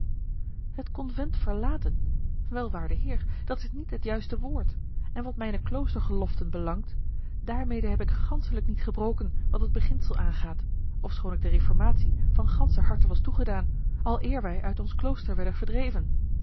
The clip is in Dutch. het convent verlaten welwaarde heer dat is niet het juiste woord en wat mijne kloostergeloften belangt daarmede heb ik ganschelijk niet gebroken wat het beginsel aangaat ofschoon ik de reformatie van ganscher harte was toegedaan al eer wij uit ons klooster werden verdreven